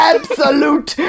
Absolute